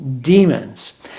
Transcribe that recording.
demons